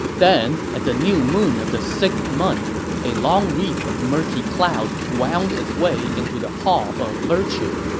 then, at the new moon of the sixth month, a long wreath of murky cloud wound its way into the hall of virtue.